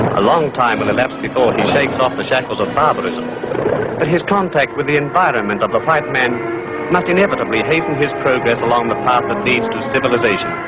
a long time will elapse before he shakes off the shackles of barbarism, but his contact with the environment of the white man must inevitably hasten his progress along the path that leads to civilisation.